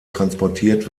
transportiert